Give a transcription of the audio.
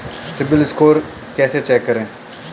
CIBIL score कैसे check करें?